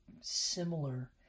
similar